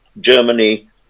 Germany